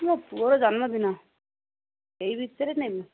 ମୋ ପୁଅର ଜନ୍ମଦିନ ଏଇ ବିଷୟରେ ନେବି